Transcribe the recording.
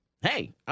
Hey